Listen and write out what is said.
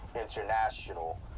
international